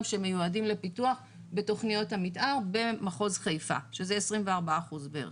שמיועדים לפיתוח בתוכניות המתאר במחוז חיפה שזה 24% בערך.